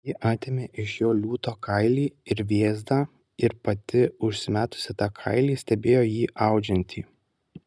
ji atėmė iš jo liūto kailį ir vėzdą ir pati užsimetusi tą kailį stebėjo jį audžiantį